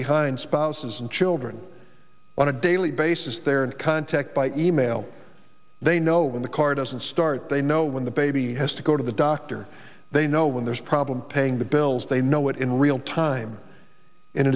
behind spouses and children on a daily basis there and contact by e mail they know when the car doesn't start they know when the baby has to go to the doctor they know when there's problem paying the bills they know it in real time in